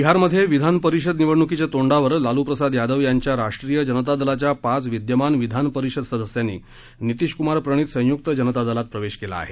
बिहारमध्ये विधानपरिषद निवडणुकीच्या तोंडावर लालूप्रसाद यादव यांच्या राष्ट्रीय जनता दलाच्या पाच विद्यमान विधान परिषद सदस्यांनीनितीश कुमार प्रणित संयुक्त जनता दलात प्रवेश केला आहे